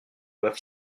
loi